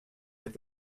with